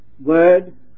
word